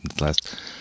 last